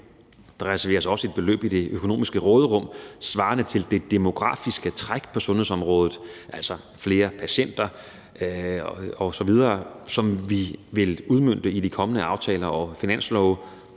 Der reserveres også et beløb i det økonomiske råderum svarende til det demografiske træk på sundhedsområdet, altså flere patienter osv., som vi vil udmønte i de kommende aftaler og finanslove.